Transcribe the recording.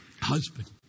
husband